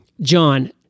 John